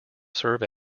serve